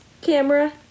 camera